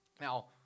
Now